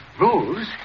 Rules